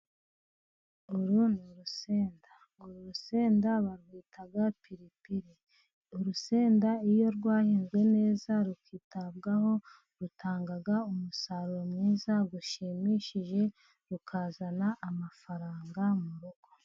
Uru ni urusenda, urusenda barwita piripiri, urusenda iyo rwahinzwe neza rukitabwaho, rutanga umusaruro mwiza ushimishije rukazana amafaranga mu rugo.